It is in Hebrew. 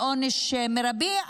ועונש מרבי,